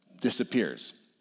disappears